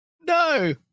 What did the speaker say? No